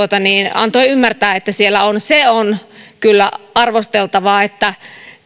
antoi ymmärtää että siellä on se on kyllä arvosteltavaa että